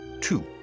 two